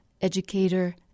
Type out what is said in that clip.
educator